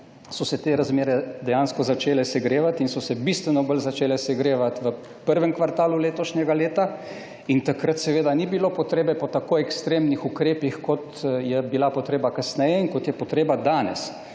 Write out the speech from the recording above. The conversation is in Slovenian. so se te razmere dejansko začele segrevati in so se bistveno bolj začele segrevati v prvem kvartalu letošnjega leta. Takrat seveda ni bilo potrebe po tako ekstremnih ukrepih, kot je bila potreba kasneje in kot je potreba danes.